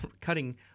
Cutting